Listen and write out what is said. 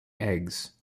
eggs